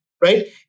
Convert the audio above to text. right